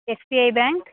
S C I bank